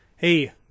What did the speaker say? hey